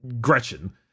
Gretchen